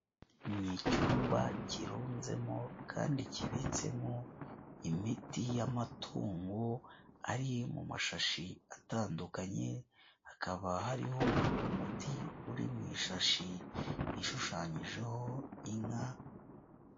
Ni icyumba kirunzemo kandi kibitsemo imiti y'amatungo ari mu mashashi atandukanye, hakaba hariho umuti uri mu ishashi ishushanyijeho inka.